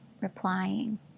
replying